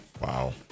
Wow